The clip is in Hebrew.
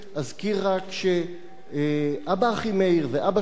אזכיר רק שאב"א אחימאיר ואבא שלי,